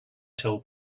told